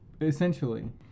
essentially